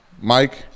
Mike